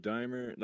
Dimer